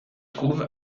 trouve